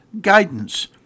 guidance